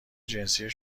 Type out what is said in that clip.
جنسی